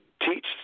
teach